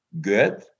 good